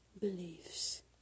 beliefs